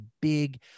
big